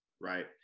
right